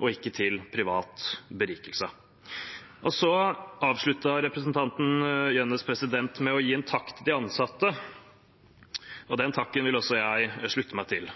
og ikke til privat berikelse. Representanten Jønnes avsluttet med å gi en takk til de ansatte. Den takken vil også jeg slutte meg til.